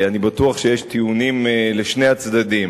אני בטוח שיש טיעונים לשני הצדדים.